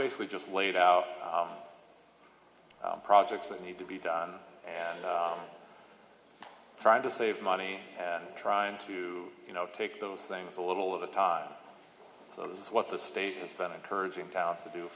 basically just laid out projects that need to be done and trying to save money trying to you know take those things a little of the time so this is what the state has been encouraging towns to do